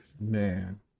man